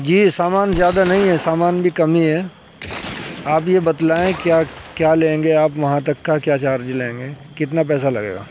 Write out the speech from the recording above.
جی سامان زیادہ نہیں ہے سامان بھی کم ہی ہے آپ یہ بتلائیں کیا کیا لیں گے آپ وہاں تک کا کیا چارج لیں گے کتنا پیسہ لگے گا